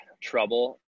trouble